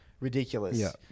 ridiculous